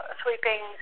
sweeping